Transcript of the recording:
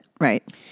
right